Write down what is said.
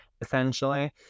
essentially